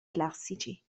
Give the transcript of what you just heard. classici